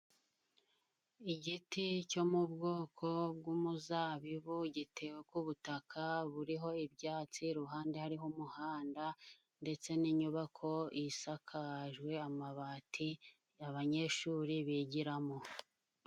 Igiti cyo mu bwoko bw'umuzabibu gitewe ku butaka buriho ibyatsi, iruhande hariho umuhanda ndetse n'inyubako isakajwe amabati, abanyeshuri bigiramo.